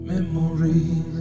Memories